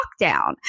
lockdown